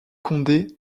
condé